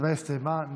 ההצבעה הסתיימה.